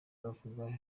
bavuga